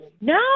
no